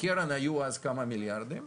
בקרן היו אז כמה מיליארדים,